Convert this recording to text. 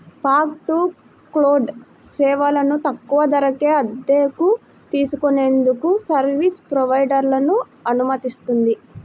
fog to cloud సేవలను తక్కువ ధరకే అద్దెకు తీసుకునేందుకు సర్వీస్ ప్రొవైడర్లను అనుమతిస్తుంది